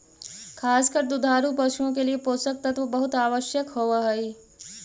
खास कर दुधारू पशुओं के लिए पोषक तत्व बहुत आवश्यक होवअ हई